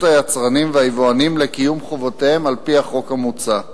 היצרנים והיבואנים לקיום חובותיהם על-פי החוק המוצע.